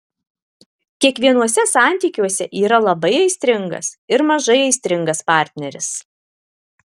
kiekvienuose santykiuose yra labai aistringas ir mažai aistringas partneris